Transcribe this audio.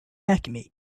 alchemy